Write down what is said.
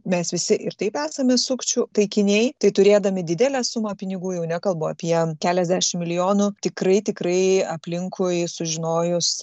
mes visi ir taip esame sukčių taikiniai tai turėdami didelę sumą pinigų jau nekalbu apie keliasdešimt milijonų tikrai tikrai aplinkui sužinojus